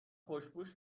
خوشپوش